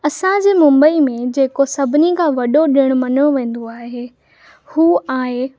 असांजी मुंबई में जेको सभिनी खां वॾो ॾिणु मञियो वेंदो आहे उहो आहे